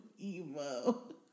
emo